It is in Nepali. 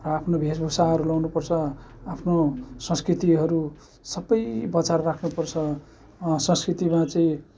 आफ्नो भेषभूषाहरू लगाउनु पर्छ आफ्नो संस्कृतिहरू सबै बचाएर राख्नुपर्छ संस्कृति बाँचे